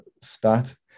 spat